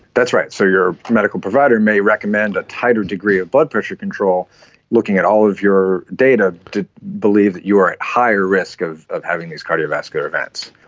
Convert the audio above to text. that's right, so your medical provider may recommend a tighter degree of blood pressure control looking at all of your data to believe that you are at higher risk of of having these cardiovascular events.